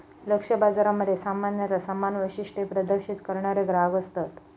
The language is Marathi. लक्ष्य बाजारामध्ये सामान्यता समान वैशिष्ट्ये प्रदर्शित करणारे ग्राहक असतत